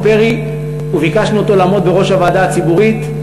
פרי וביקשנו שיעמוד בראש המועצה הציבורית,